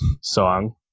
song